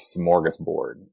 smorgasbord